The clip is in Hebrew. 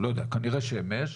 כנראה שמש,